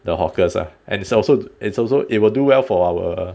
the hawkers ah and it's also it's also it will do well for our